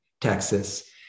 Texas